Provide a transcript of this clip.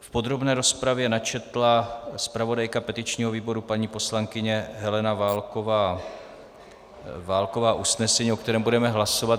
V podrobné rozpravě načetla zpravodajka petičního výboru paní poslankyně Helena Válková usnesení, o kterém budeme hlasovat.